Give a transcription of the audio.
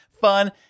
fun